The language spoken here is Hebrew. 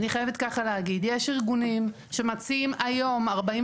יש ארגונים שמציעים היום 45,